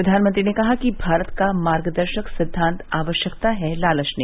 प्रधानमंत्री ने कहा कि भारत का मार्गदर्शक सिद्वान्त आवश्यकता है लालच नहीं